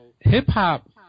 hip-hop